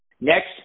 Next